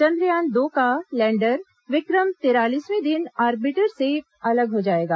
चंद्रयान दो का लैंडर विक्रम तिरालीसवें दिन ऑर्बिटर से अलग हो जाएगा